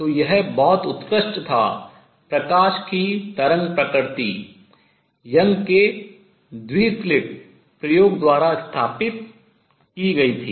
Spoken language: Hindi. तो यह बहुत उत्कृष्ट था प्रकाश की तरंग प्रकृति यंग के द्वि स्लिट प्रयोग Young's double slit experiment द्वारा स्थापित की गई थी